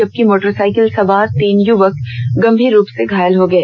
जबकि मोटरसाइकिल पर सवार तीन युवक गंभीर रूप से घायल हो गए